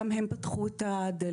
גם הם פתחו את הדלת.